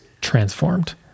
transformed